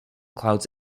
clouds